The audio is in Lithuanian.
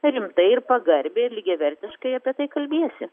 rimtai ir pagarbiai lygiavertiškai apie tai kalbiesi